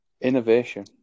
Innovation